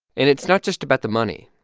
and it's not just about the money.